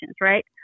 right